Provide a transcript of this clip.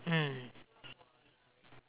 mm